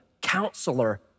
counselor